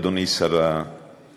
אדוני שר הקליטה,